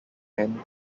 men